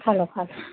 ꯈꯜꯂꯣ ꯈꯜꯂꯣ